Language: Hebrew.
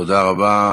תודה רבה.